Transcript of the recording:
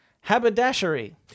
Haberdashery